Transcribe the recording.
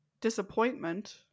disappointment